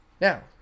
Now